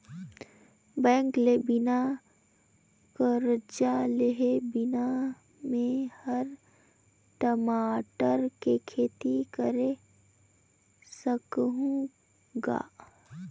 bank ले बिना करजा लेहे बिना में हर टमाटर के खेती करे सकहुँ गा